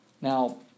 Now